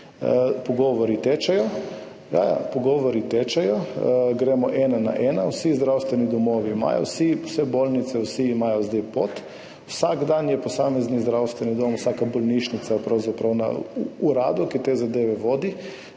pogovori tečejo. Gremo ena na ena. Vsi zdravstveni domovi, vse bolnice, vsi imajo sedaj pot. Vsak dan je posamezni zdravstveni dom, vsaka bolnišnica pravzaprav na uradu, ki te zadeve vodi.